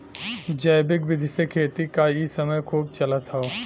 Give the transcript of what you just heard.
जैविक विधि से खेती क इ समय खूब चलत हौ